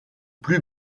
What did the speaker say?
plus